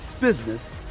business